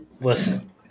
Listen